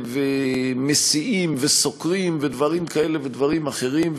מסיעים וסוקרים ודברים כאלה ודברים אחרים,